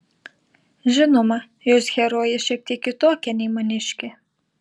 žinoma jos herojė šiek tiek kitokia nei maniškė